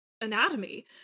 anatomy